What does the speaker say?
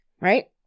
Right